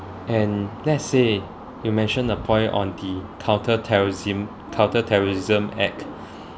and let's say you mentioned a point on the counter terrorism counter terrorism act